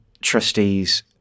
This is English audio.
Trustees